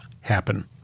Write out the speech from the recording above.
happen